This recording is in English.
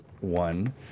one